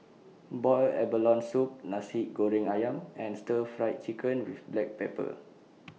boiled abalone Soup Nasi Goreng Ayam and Stir Fried Chicken with Black Pepper